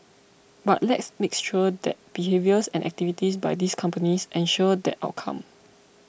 but let's makes sure that behaviours and activities by these companies ensure that outcome